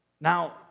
Now